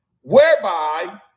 whereby